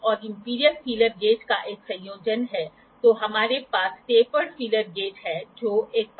इसलिए यदि आप दूसरे स्तर और मिनट के स्तर में अधिक संवेदनशील होना चाहते हैं तो हम हमेशा ऑटोकोलिमेटर का उपयोग करते हैं